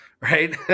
right